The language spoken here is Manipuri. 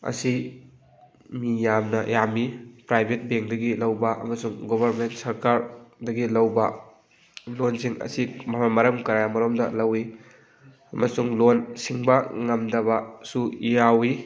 ꯑꯁꯤ ꯃꯤ ꯌꯥꯝꯅ ꯌꯥꯝꯃꯤ ꯄ꯭ꯔꯥꯏꯕꯦꯠ ꯕꯦꯡꯗꯒꯤ ꯂꯧꯕ ꯑꯃꯁꯨꯡ ꯒꯣꯕꯔꯃꯦꯟ ꯁꯔꯀꯥꯔꯗꯒꯤ ꯂꯧꯕ ꯂꯣꯟꯁꯤꯡ ꯑꯁꯤ ꯃꯔꯝ ꯀꯌꯥ ꯃꯔꯨꯝꯗ ꯂꯧꯋꯤ ꯑꯃꯁꯨꯡ ꯂꯣꯟ ꯁꯤꯡꯕ ꯉꯝꯗꯕꯁꯨ ꯌꯥꯎꯋꯤ